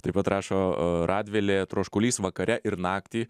taip pat rašo radvilė troškulys vakare ir naktį